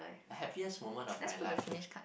happiest moment of my life